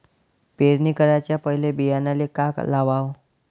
पेरणी कराच्या पयले बियान्याले का लावाव?